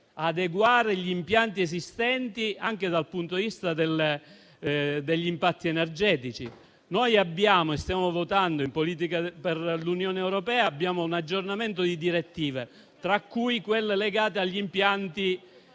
adeguare gli impianti esistenti anche dal punto di vista degli impatti energetici. Ci accingiamo a votare, in ambito di Unione europea, un aggiornamento di direttive, tra cui quella legata agli impianti